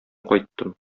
кайттым